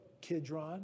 Kidron